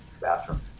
bathroom